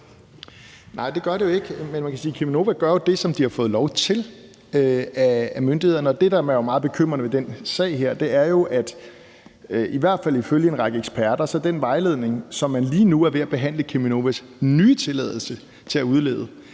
Nej, det gør det jo ikke. Men man kan sige, at Cheminova jo gør det, som de har fået lov til af myndighederne. Det, der er meget bekymrende ved den sag her, er jo, at i hvert fald ifølge en række eksperter er den vejledning, som man lige nu er ved at behandle Cheminovas nye tilladelse til at udlede